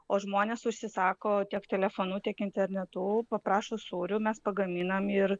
o žmonės užsisako tiek telefonu tiek internetu paprašo sūrių mes pagaminam ir